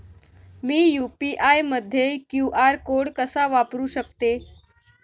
मी UPI मध्ये QR code कसा वापरु शकते?